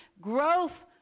growth